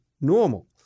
normal